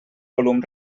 volum